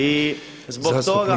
I zbog toga